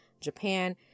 Japan